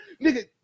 nigga